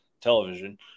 television